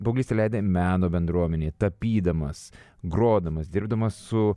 paauglystę leidai meno bendruomenėj tapydamas grodamas dirbdamas su